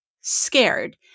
scared